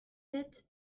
sept